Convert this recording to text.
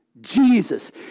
Jesus